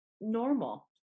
normal